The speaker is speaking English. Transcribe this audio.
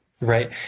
Right